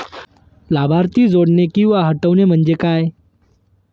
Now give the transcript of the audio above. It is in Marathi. लाभार्थी जोडणे किंवा हटवणे, म्हणजे काय?